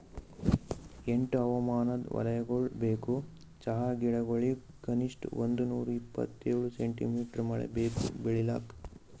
ಎಂಟು ಹವಾಮಾನದ್ ವಲಯಗೊಳ್ ಬೇಕು ಚಹಾ ಗಿಡಗೊಳಿಗ್ ಕನಿಷ್ಠ ಒಂದುನೂರ ಇಪ್ಪತ್ತೇಳು ಸೆಂಟಿಮೀಟರ್ ಮಳೆ ಬೇಕು ಬೆಳಿಲಾಕ್